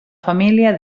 família